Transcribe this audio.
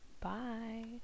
Bye